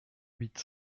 huit